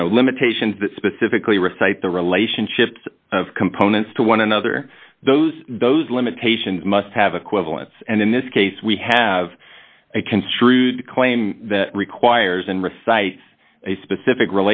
you know limitations that specifically recite the relationships of components to one another those those limitations must have equivalents and in this case we have a construed claim that requires and recite a specific